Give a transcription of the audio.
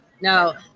No